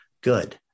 good